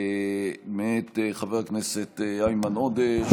מאת חבר הכנסת איימן עודה,